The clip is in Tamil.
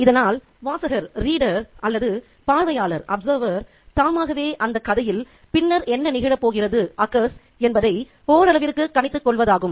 இதனால் வாசகர் அல்லது பார்வையாளர் தாமாகவே அந்த கதையில் பின்னர் என்ன நிகழப்போகிறது என்பதை ஓரளவிற்கு கணித்துக் கொள்வதாகும்